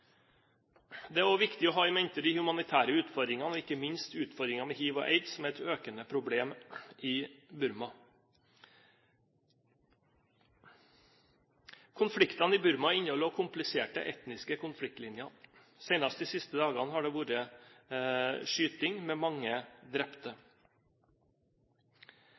Det er også viktig å ha in mente de humanitære utfordringene og ikke minst utfordringene med hiv og aids, som er et økende problem i Burma. Konfliktene i Burma inneholder også kompliserte etniske konfliktlinjer. Senest de siste dagene har det vært skyting med mange drepte.